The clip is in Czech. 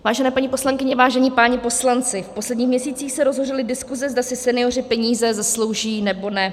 Vážené paní poslankyně, vážení páni poslanci, v posledních měsících se rozhořely diskuse, zda si senioři peníze zaslouží, nebo ne.